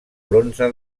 bronze